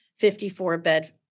54-bed